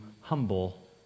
humble